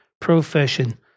profession